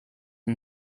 and